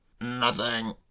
Nothing